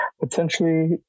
potentially